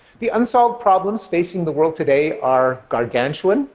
the unsolved problems facing the world today are gargantuan,